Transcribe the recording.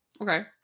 Okay